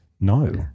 no